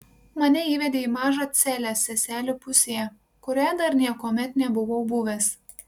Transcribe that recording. mane įvedė į mažą celę seselių pusėje kurioje dar niekuomet nebuvau buvęs